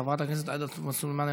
חברת הכנסת עאידה תומא סלימאן,